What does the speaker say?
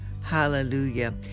Hallelujah